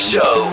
Show